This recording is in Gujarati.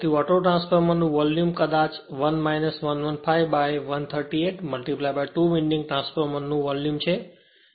તેથી ઓટો ટ્રાન્સફોર્મરનું વોલ્યુમ કદાચ 1 115 by 138 2 વિન્ડિંગ ટ્રાન્સફોર્મર નું વોલ્યુમછે